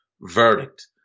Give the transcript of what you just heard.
verdict